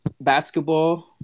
basketball